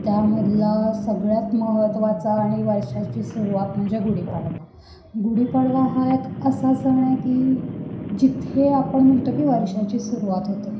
त्यामधला सगळ्यात महत्वाचा आणि वर्षाची सुरवात म्हणजे गुढीपाडवा गुढीपाडवा हा एक असा सण आहे की जिथे आपण म्हणतो की वर्षाची सुरवात होते